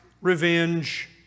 revenge